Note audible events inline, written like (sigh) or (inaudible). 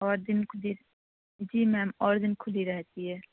اور (unintelligible) جی میم اور دن کھلی رہتی ہے